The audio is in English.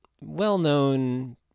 well-known